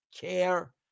care